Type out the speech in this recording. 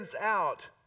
out